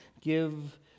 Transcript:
give